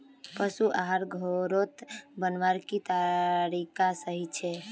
पशु आहार घोरोत बनवार की तरीका सही छे?